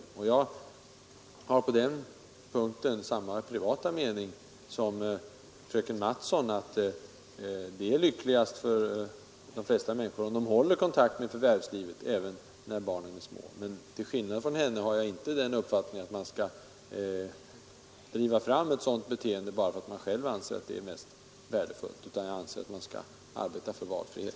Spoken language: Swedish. På den punkten har jag personligen samma mening som fröken Mattson, alltså att det är lyckligast för de flesta människor att hålla kontakt med förvärvslivet även när barnen är små. Men till skillnad från fröken Mattson har jag inte den uppfattningen att man skall driva fram ett sådant beteende bara därför att man själv anser att det är det bästa. Jag anser att man skall arbeta för valfrihet.